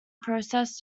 process